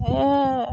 ए